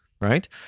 right